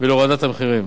ולהורדת המחירים.